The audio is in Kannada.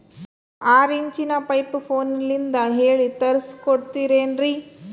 ಆರಿಂಚಿನ ಪೈಪು ಫೋನಲಿಂದ ಹೇಳಿ ತರ್ಸ ಕೊಡ್ತಿರೇನ್ರಿ?